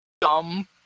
dumb